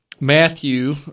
Matthew